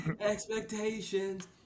expectations